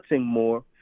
more